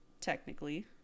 technically